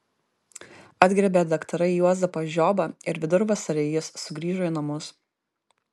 atgriebė daktarai juozapą žiobą ir vidurvasarį jis sugrįžo į namus